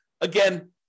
Again